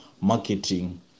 Marketing